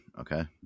Okay